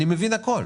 אני מבין הכל,